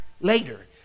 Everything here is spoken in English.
Later